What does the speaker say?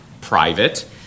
private